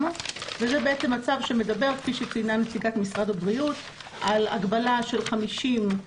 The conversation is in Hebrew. אין לזה שום מודל כלכלי שלפיו העסק יכול להמשיך לפעול.